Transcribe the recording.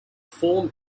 form